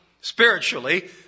spiritually